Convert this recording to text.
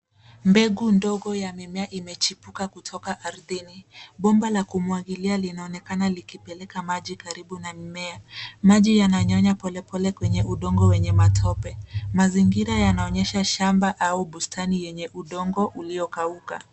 Mbegu ndogo ya mimea imechipuka kutoka ardhini. Bomba la kumwagilia linaonekana likipeleka maji karibu na mimea. Maji yananyonya polepole kwenye udongo wenye matope. Mazingira yanaonyesha shamba au bustani yenye udongo uliokauka.